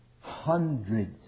Hundreds